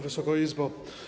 Wysoka Izbo!